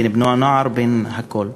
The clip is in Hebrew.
בין בני-הנוער ובין הכול.